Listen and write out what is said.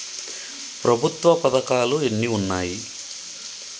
ప్రభుత్వ పథకాలు ఎన్ని ఉన్నాయి?